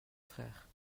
frère